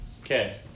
Okay